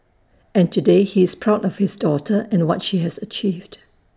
and today he is proud of his daughter and what she has achieved